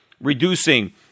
reducing